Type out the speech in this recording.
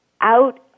out